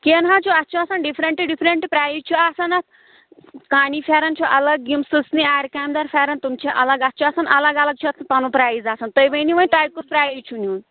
کیٚنٛہہ نہَ حظ چھُ اَتھ چھُ آسان ڈِفرنٛٹہٕ ڈفرنٛٹہٕ پرٛایِز چھُ آسان اَتھ کانی فٮ۪رن چھُ الگ یِم سٕژنہِ آرِ کامہِ دارِ فٮ۪رن تِم چھِ الگ اَتھ چھُ آسان الگ الگ چھُ آسان پنُن پرٛایِز آسان تُہۍ ؤنِو وۅنۍ تۄہہِ کُس پرٛایِز چھُ نِیُن